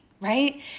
right